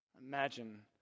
Imagine